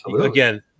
Again